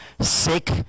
sick